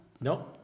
No